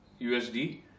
USD